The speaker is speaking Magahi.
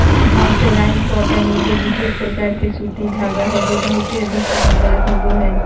मर्सराइज्ड कॉटन एगो विशेष प्रकार के सूती धागा हय जे बहुते अधिक चमकदार होवो हय